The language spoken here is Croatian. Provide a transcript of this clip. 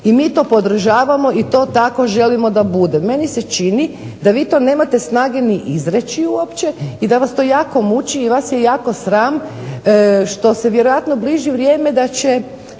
i mi to podržavamo i to tako želimo da bude. Meni se čini da vi to nemate snage ni izreći uopće, i da vas to jako muči i vas je jako sram što se vjerojatno bliži vrijeme da ćete